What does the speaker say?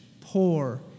poor